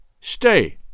Stay